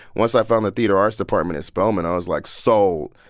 once i found that theater arts department at spellman, i was like, sold